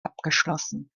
abgeschlossen